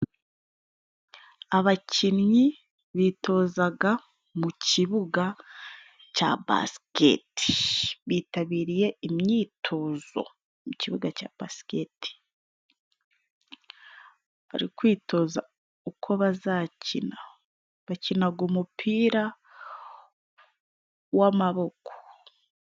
Abakinnyi bitozaga mu kibuga cya basiketi. Bitabiriye imyitozo mu kibuga cya basiketi, bari kwitoza uko bazakina; bakinaga umupira w'amaboko.